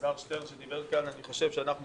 אלעזר שטרן שדיבר כאן אנחנו חושב שכבר